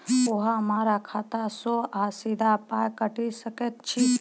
अहॉ हमरा खाता सअ सीधा पाय काटि सकैत छी?